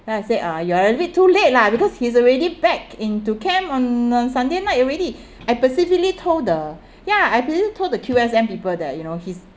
then I say uh you are a bit too late lah because he's already back into camp on uh sunday night already I specifically told the ya I specifically told the Q_S_M people that you know he's